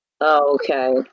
Okay